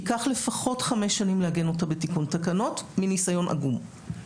ייקח לפחות 5 שנים לעגן אותה בתיקון תקנות וזה מניסיון עגום.